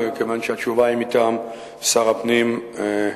וכיוון שהתשובה היא מטעם שר הפנים,